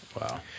Wow